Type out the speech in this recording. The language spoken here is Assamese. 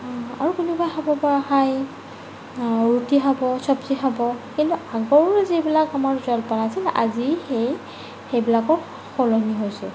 আৰু কোনোবাই খাব বা হাই আৰু ৰুটি খাব চব্জি খাব কিন্তু আগৰো যিবিলাক আমাৰ জলপান আছিল আজি সেই সেইবিলাকৰ সলনি হৈছে